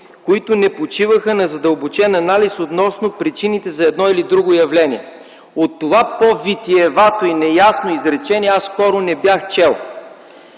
които не почиваха на задълбочен анализ относно причините за едно или друго явление.” От това по-витиевато и неясно изречение аз скоро не бях чел.